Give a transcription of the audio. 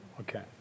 Okay